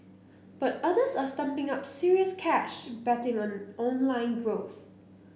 but others are stumping up serious cash betting on online growth